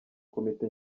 komite